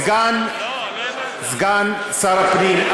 סגן שר הפנים,